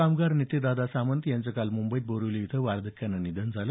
कामगार नेते दादा सामंत यांचं काल मुंबईत बोरीवली इथं वार्धक्यानं निधन झालं